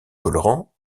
colorant